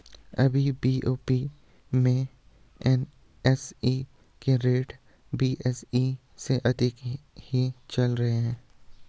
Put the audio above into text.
अभी बी.ओ.बी में एन.एस.ई के रेट बी.एस.ई से अधिक ही चल रहे हैं